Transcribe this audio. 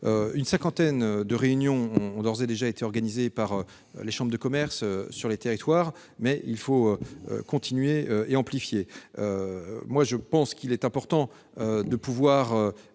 Une cinquantaine de réunions ont d'ores et déjà été organisées par les chambres de commerce sur les territoires. Il faut continuer et amplifier ce mouvement. Il me semble important de pouvoir